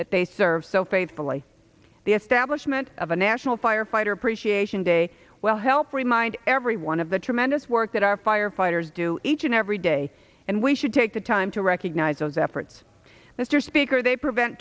that they serve so faithfully the establishment of a national firefighter appreciation day well help remind everyone of the tremendous work that our firefighters do each and every day and we should take the time to recognize those efforts mr speaker they prevent